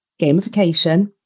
gamification